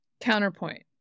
Counterpoint